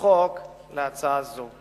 החוק להצעה זו.